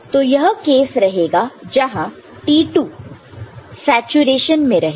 तो यह केस रहेगा जहां T2 सैचुरेशन में रहेगा